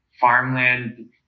farmland